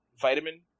Vitamin